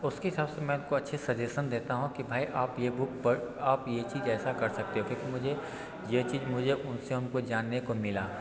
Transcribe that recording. उसके हिसाब से मैं उनको अच्छे सजेसन देता हूँ की भाई आप ये बुक पढ़ आप ये चीज़ ऐसा कर सकते हो क्योंकि मुझे ये चीज़ मुझे उन से उनको जानने को मिला